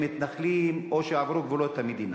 מתנחלים או שהם עברו את גבולות המדינה.